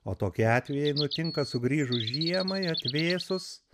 o tokie atvejai nutinka sugrįžus žiemai atvėsus